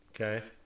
Okay